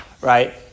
right